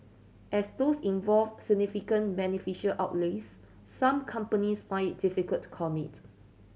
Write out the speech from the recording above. as these involve significant beneficial outlays some companies find it difficult to commit